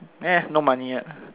eh no money yet